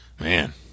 Man